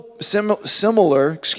similar